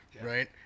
right